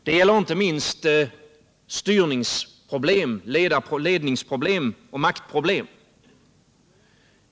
Det gäller inte minst i frågor som handlar om styrproblem, ledarproblem och maktproblem.